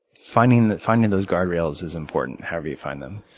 finding finding those guard rails is important however you find them.